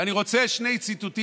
ואני רוצה לצטט שני ציטוטים,